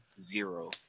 Zero